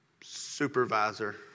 supervisor